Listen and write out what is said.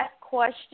question